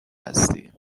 هستی